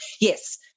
Yes